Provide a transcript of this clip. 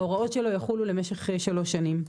ההוראות שלו יחולו למשך שלוש שנים.